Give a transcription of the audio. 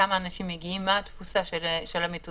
כמה אנשים מגיעים ומה התפוסה של המטוסים